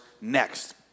next